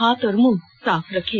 हाथ और मुंह साफ रखें